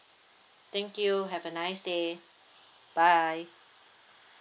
thank you have a nice day bye